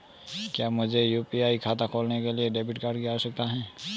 क्या मुझे यू.पी.आई खाता खोलने के लिए डेबिट कार्ड की आवश्यकता है?